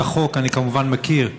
את החוק אני כמובן מכיר.